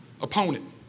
opponent